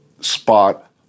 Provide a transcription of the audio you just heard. spot